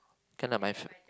can lah my